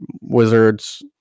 wizards